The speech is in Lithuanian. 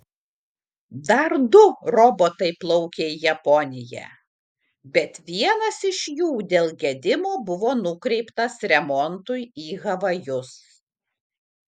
dar du robotai plaukė į japoniją bet vienas iš jų dėl gedimo buvo nukreiptas remontui į havajus